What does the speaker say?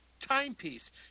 timepiece